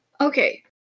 Okay